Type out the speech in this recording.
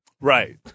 Right